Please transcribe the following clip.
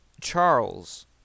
Charles